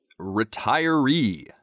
retiree